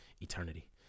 eternity